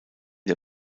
der